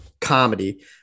comedy